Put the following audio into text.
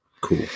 Cool